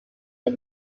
and